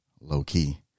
low-key